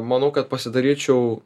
manau kad pasidaryčiau